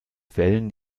fällen